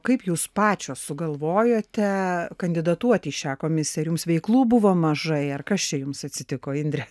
kaip jūs pačios sugalvojote kandidatuoti į šią komisiją ar jums veiklų buvo mažai ar kas čia jums atsitiko indre